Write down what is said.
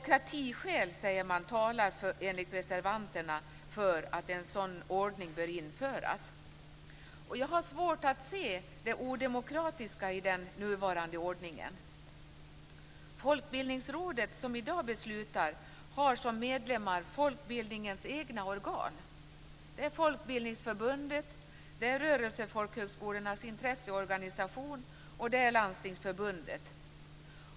Enligt reservanterna talar demokratiskäl för att en sådan ordning bör införas. Jag har svårt att se det odemokratiska i den nuvarande ordningen. Folkbildningsrådet, som i dag beslutar, har som medlemmar folkbildningens egna organ. Det är Folkbildningsförbundet, Rörelsefolkhögskolornas intresseorganisation och Landstingsförbundet.